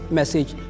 message